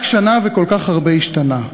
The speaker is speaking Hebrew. רק שנה וכל כך הרבה השתנה.